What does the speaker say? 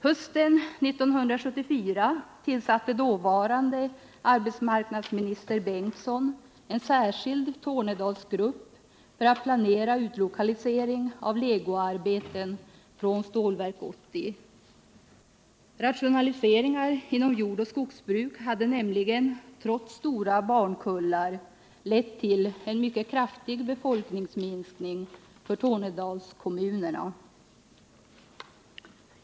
Hösten 1974 tillsatte dåvarande arbetsmarknadsministern Bengtsson en särskild Tornedalsgrupp, som skulle planera utlokalisering av legoarbeten från Stålverk 80. Rationaliseringar inom jordoch skogsbruk hade nämligen, trots stora barnkullar, lett till en mycket kraftig befolkningsminskning för Tornedalskommunerna.